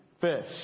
fish